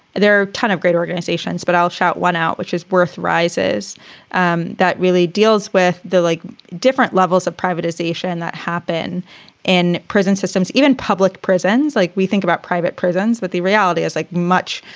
there are tons of great organizations, but i'll shout one out which is worth rises and that really deals with the like different levels of privatization that happen in prison systems, even public prisons like we think about private prisons. but the reality is, like much,